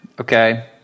Okay